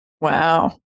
Wow